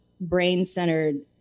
brain-centered